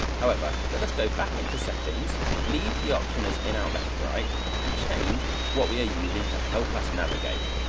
however, let us go back into settings, leave the option as in out, left right and change what we are using to help us navigate.